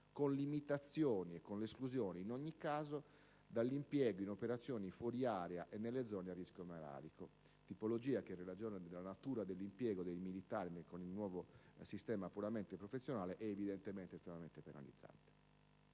con limitazioni e con l'esclusione, in ogni caso, dall'impiego in operazioni fuori area e nelle zone a rischio malarico, tipologia che in ragione della natura dell'impiego dei militari con il nuovo sistema puramente professionale è evidentemente estremamente penalizzante.